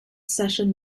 session